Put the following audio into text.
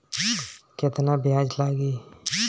केतना ब्याज लागी?